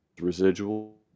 residual